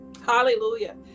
Hallelujah